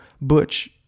Butch